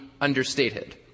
understated